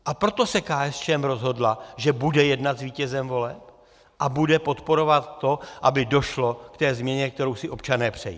A proto se KSČM rozhodla, že bude jednat s vítězem voleb a bude podporovat to, aby došlo k té změně, kterou si občané přejí.